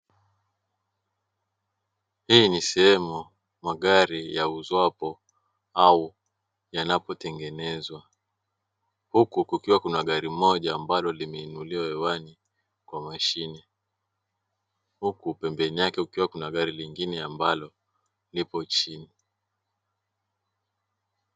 Hii ni sehemu magari yauzwapo au yanapotengenezwa huku kukiwa na gari moja ambalo limeinuliwa hewani, kwa mashine huku pembeni yake kukiwa kuna gari lingine ambalo lipo chini.